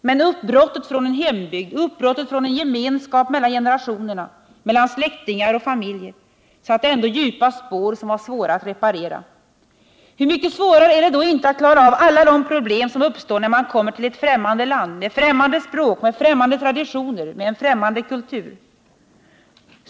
Men uppbrottet från en hembygd, uppbrottet från en gemen skap mellan generationer, mellan släktingar och familjer satte ändå djupa spår, som var svåra att reparera. Hur mycket svårare är det då inte att klara av alla de problem som uppstår för dem som kommer till ett främmande land, med ett främmande språk, med främmande traditioner, med en främmande kultur!